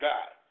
God